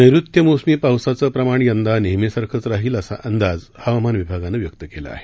नैर्ऋत्य मोसमी पावसाचं प्रमाण यंदा नेहमीसारखंच राहील असा अंदाज हवामानशास्त्रविभागाने व्यक्त केला आहे